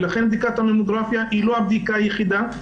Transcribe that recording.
ולכן בדיקת הממוגרפיה היא לא הבדיקה היחידה,